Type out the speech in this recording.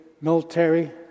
military